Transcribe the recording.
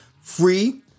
free